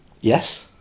Yes